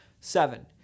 Seven